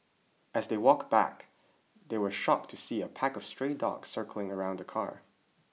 as they walk back they were shocked to see a pack of stray dogs circling around the car